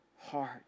heart